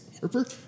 Harper